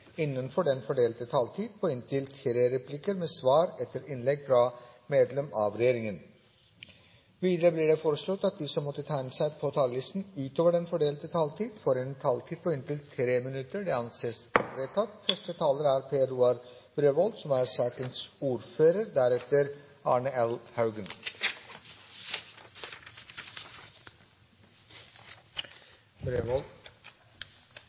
innenfor den fordelte taletid. Videre blir det foreslått at de som måtte tegne seg på talerlisten utover den fordelte taletid, får en taletid på inntil 3 minutter. – Det anses vedtatt. Denne saken om eksportfinansieringen er